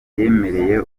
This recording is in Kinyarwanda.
yemereye